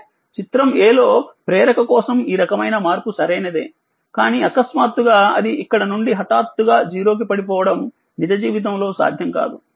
అంటే చిత్రం a లో ప్రేరక కోసం ఈ రకమైన మార్పు సరైనదే కానీఅకస్మాత్తుగా అది ఇక్కడ నుండి హఠాత్తుగా0 కి పడిపోవడం నిజజీవితంలో సాధ్యం కాదు